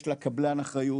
יש לקבלן אחריות,